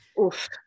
Oof